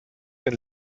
den